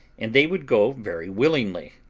and they would go very willingly.